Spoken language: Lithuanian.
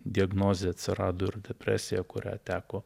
diagnozė atsirado ir depresija kurią teko